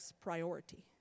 priority